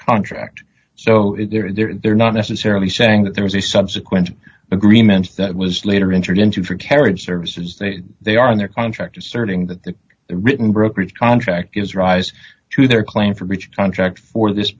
contract so they're in there they're not necessarily saying that there was a subsequent agreement that was later entered into for carriage services they are in their contract asserting that the written brokerage contract is rise to their claim for beach contract for this